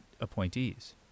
appointees